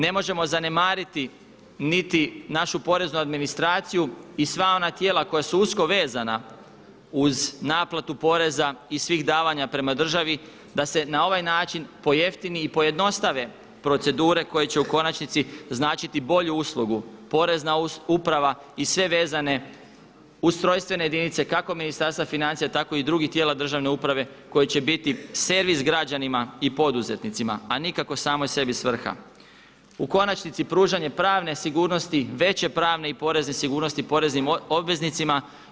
Ne možemo zanemariti niti našu poreznu administraciju i sva ona tijela koja su usko vezana uz naplatu poreza i svih davanja prema državi da se na ovaj način pojeftine i pojednostave procedure koje će u konačnici značiti bolju uslugu, porezna uprava i sve vezane ustrojstvene jedinice kako Ministarstva financija tako i drugih tijela državne uprave koji će biti servis građanima i poduzetnicima a nikako sama sebi svrha, u konačnici pružanje pravne sigurnosti, veće pravne i porezne sigurnosti poreznim obveznicima.